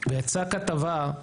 ויצאה כתבה כי